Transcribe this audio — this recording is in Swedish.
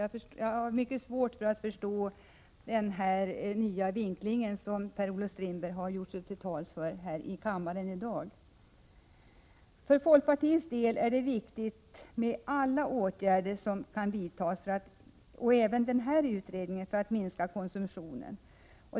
Jag har mycket svårt att förstå denna nya vinkling som Per-Olof Strindberg har gjort sig till talesman för här i kammaren i dag. För folkpartiets del är det viktigt med alla åtgärder som kan vidtas för att minska konsumtionen, även denna utredning.